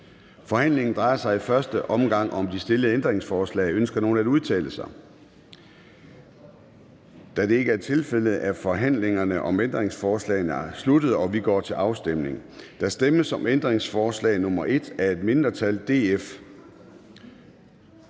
Forhandlingen drejer sig i første omgang om de stillede ændringsforslag. Ønsker nogen at udtale sig? Da det ikke er tilfældet, er forhandlingen om ændringsforslagene sluttet, og vi går til afstemning. Kl. 10:04 Afstemning Formanden (Søren Gade): Der